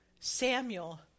Samuel